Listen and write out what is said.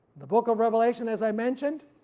the book of revelation as i mentioned,